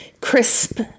crisp